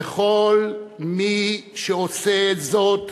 וכל מי שעושה זאת,